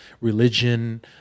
religion